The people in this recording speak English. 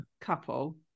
Couple